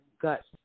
guts